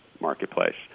marketplace